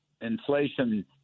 inflation